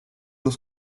los